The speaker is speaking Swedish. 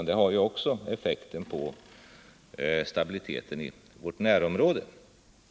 Det blir också effekter på stabiliteten i vårt närområde.